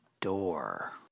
door